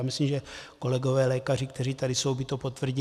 Myslím, že kolegové lékaři, kteří tady jsou, by to potvrdili.